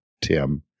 Tim